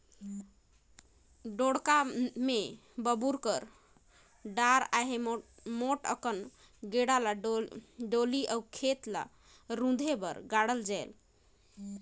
ढोड़गा मे बबूर कर डार चहे मोट अकन गेड़ा ल डोली अउ खेत ल रूधे बर गाड़ल जाथे